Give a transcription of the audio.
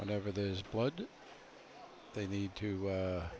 whenever there's blood they need to